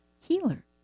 healer